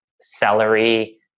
celery